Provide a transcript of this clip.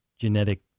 genetic